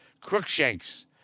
Crookshanks